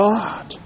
God